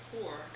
poor